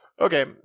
Okay